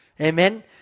Amen